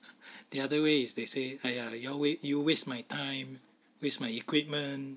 the other way is they say !aiya! you all you waste my time waist my equipment